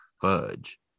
fudge